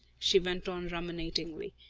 she went on ruminatingly.